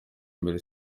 mbere